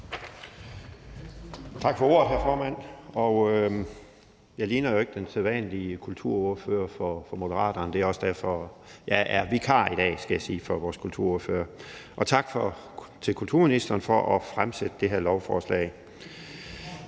Tak for ordet, formand. Jeg ligner jo ikke den sædvanlige kulturordfører for Moderaterne, men jeg er vikar i dag for vores kulturordfører, skal jeg sige. Tak til kulturministeren for at fremsætte det her lovforslag.